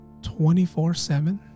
24-7